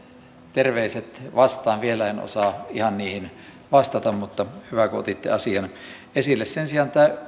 terveiset vastaan vielä en ihan osaa niihin vastata mutta hyvä kun otitte asian esille sen sijaan tämä